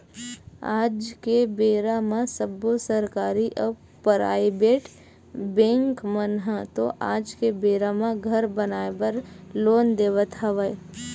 आज के बेरा म सब्बो सरकारी अउ पराइबेट बेंक मन ह तो आज के बेरा म घर बनाए बर लोन देवत हवय